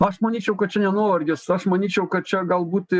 aš manyčiau kad čia ne nuovargis aš manyčiau kad čia galbūt